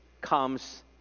comes